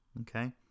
okay